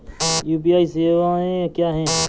UPI सवायें क्या हैं?